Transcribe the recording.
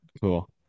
Cool